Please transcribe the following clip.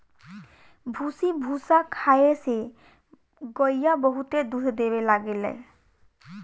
भूसी भूसा खाए से गईया बहुते दूध देवे लागेले